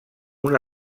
una